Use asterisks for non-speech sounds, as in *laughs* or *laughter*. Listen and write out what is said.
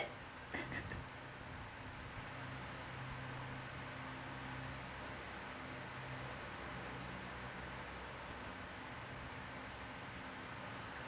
*laughs*